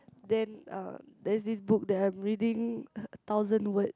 then uh there's this book that I'm reading a thousand word